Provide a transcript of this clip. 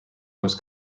most